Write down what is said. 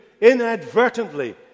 inadvertently